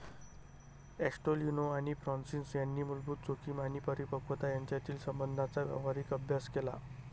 ॲस्टेलिनो आणि फ्रान्सिस यांनी मूलभूत जोखीम आणि परिपक्वता यांच्यातील संबंधांचा व्यावहारिक अभ्यास केला